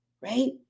Right